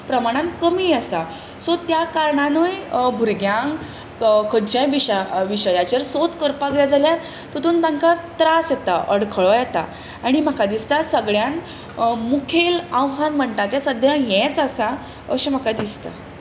प्रमाणान कमी आसा सो त्या कारणानूय भुरग्यांक खंयच्याय विसयाचेर सोद करपाक जाय जाल्यार तितूंत तांकां त्रास जाता आडखळ्यो येता आनी म्हाका दिसता सगळ्यांत मुखेल आव्हान म्हणटा तें सद्याक हेंच आसा अशें म्हाका दिसता